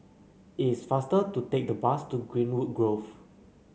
it's faster to take the bus to Greenwood Grove